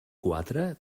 quatre